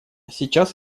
сейчас